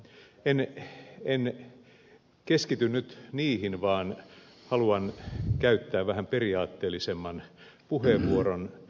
en keskity nyt niihin vaan haluan käyttää vähän periaatteellisemman puheenvuoron